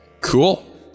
Cool